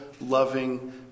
loving